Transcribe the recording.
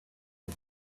had